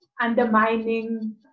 undermining